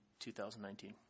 2019